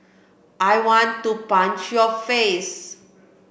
I want to punch your face